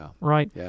right